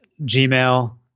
Gmail